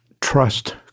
trust